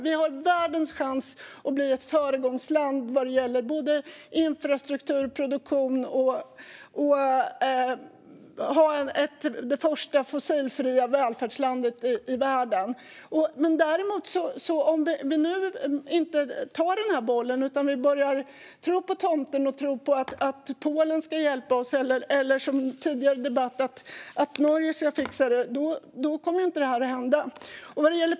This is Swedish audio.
Vi har världens chans att bli ett föregångsland vad gäller infrastrukturproduktion och att bli det första fossilfria välfärdslandet i världen. Men om vi nu inte tar denna boll utan börjar tro på tomten och på att Polen ska hjälpa oss - eller, som i tidigare debatt, på att Norge ska fixa det - kommer det här inte att hända.